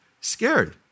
Scared